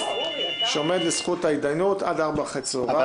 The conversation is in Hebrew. שעומד לזכות ההידיינות עד 16:00. אבל,